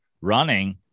running